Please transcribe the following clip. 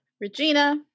Regina